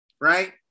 right